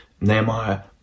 Nehemiah